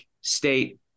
State